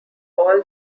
all